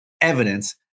evidence